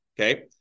Okay